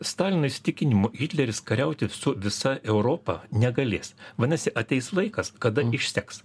stalino įsitikinimu hitleris kariauti su visa europa negalės vadinasi ateis laikas kada išseks